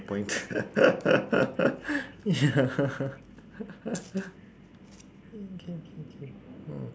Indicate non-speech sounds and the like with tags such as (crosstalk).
point (laughs) yeah (noise) K K K (noise)